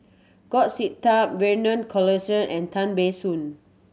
Goh Sin Tub Vernon Cornelius and Tan Ban Soon